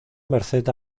merced